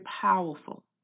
powerful